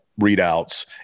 readouts